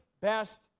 best